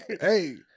Hey